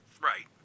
Right